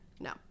no